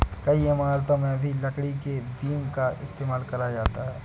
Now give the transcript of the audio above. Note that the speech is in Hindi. कई इमारतों में भी लकड़ी के बीम का इस्तेमाल करा जाता है